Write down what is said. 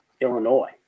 Illinois